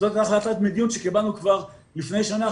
זאת החלטת מדיניות שקיבלנו כבר לפני שנה,